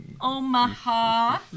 Omaha